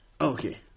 Okay